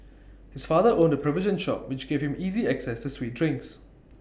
his father owned A provision shop which gave him easy access to sweet drinks